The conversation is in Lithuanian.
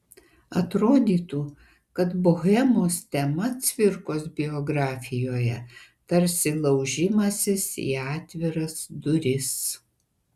atrodytų kad bohemos tema cvirkos biografijoje tarsi laužimasis į atviras duris